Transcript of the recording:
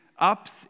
ups